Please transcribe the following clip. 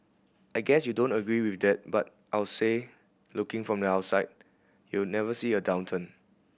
I guess you don't agree with that but I'll say looking from the outside you never see a downturn